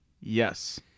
Yes